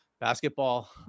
Basketball